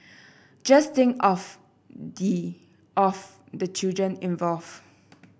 just think of the of the children involved